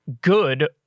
good